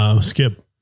Skip